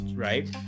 right